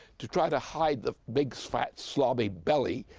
to try to hide the big, fat, slobby belly,